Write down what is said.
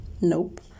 Nope